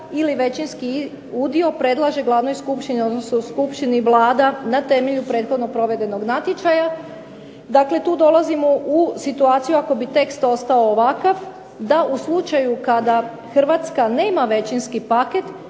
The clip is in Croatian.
ili većinski udio predlaže glavnoj skupštini, odnosno skupštini vlada na temelju prethodno provedenog natječaja, dakle tu dolazimo u situaciju ako bi tekst ostao ovakav, da u slučaju kada Hrvatska nema većinski paket,